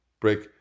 Break